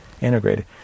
integrated